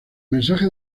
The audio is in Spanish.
mensajes